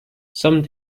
some